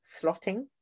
slotting